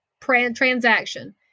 transaction